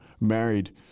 married